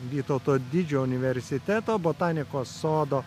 vytauto didžiojo universiteto botanikos sodo